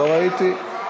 לא ראיתי.